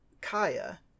Kaya